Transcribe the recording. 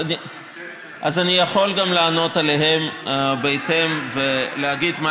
אז אני יכול גם לענות עליהן בהתאם ולהגיד מה